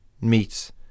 meats